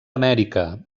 amèrica